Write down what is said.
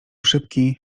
szybki